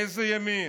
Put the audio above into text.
איזה ימין?